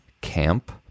camp